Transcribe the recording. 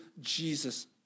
Jesus